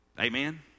Amen